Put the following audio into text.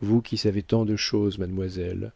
vous qui savez tant de choses mademoiselle